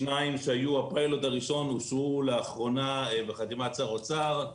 שניים שהיו הפיילוט הראשון אושרו לאחרונה בחתימת שר האוצר.